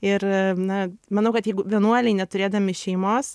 ir na manau kad jeigu vienuoliai neturėdami šeimos